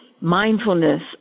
mindfulness